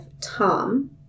Tom